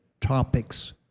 topics